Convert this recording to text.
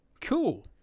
cool